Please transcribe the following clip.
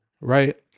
Right